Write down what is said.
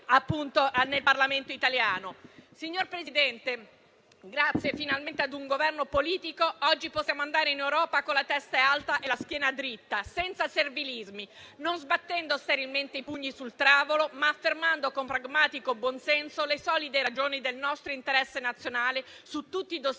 a quella delle opposizioni. Signor Presidente, grazie finalmente ad un Governo politico, oggi possiamo andare in Europa con la testa alta e la schiena dritta, senza servilismi, non sbattendo sterilmente i pugni sul tavolo, ma affermando con pragmatico buon senso le solide ragioni del nostro interesse nazionale su tutti i *dossier*